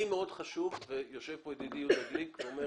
לי מאוד חשוב ויושב כאן ידידי יהודה גליק ואומר